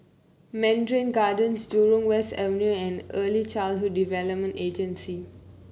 Mandarin Gardens Jurong West Avenue and Early Childhood Development Agency